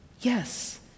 yes